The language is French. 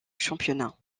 championnat